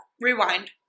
Rewind